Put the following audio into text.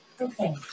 Okay